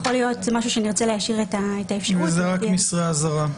זה יכול להיות שנרצה להשאיר את האפשרות --- אם זה רק מסרי אזהרה.